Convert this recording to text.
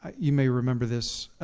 ah you may remember this.